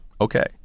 okay